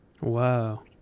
Wow